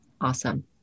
Awesome